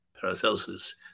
Paracelsus